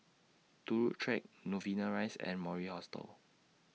Turut Track Novena Rise and Mori Hostel